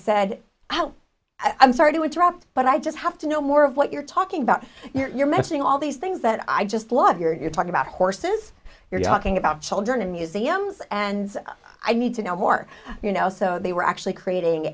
said how i'm sorry to interrupt but i just have to know more of what you're talking about your missing all these things that i just love you're talking about horses you're asking about children in museums and i need to know more you know so they were actually creating